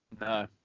No